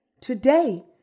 today